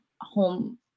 home